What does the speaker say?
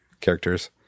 characters